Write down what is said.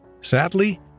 Sadly